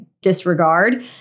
disregard